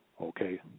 okay